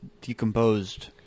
decomposed